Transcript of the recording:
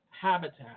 habitat